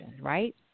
right